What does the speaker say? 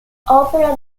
opera